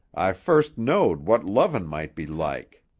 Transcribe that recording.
i first knowed what lovin' might be like.